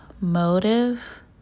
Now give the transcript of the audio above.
motive